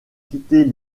quitter